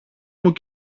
μου